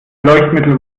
leuchtmittel